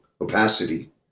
opacity